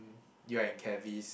you and Cavis